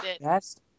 best